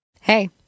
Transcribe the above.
Hey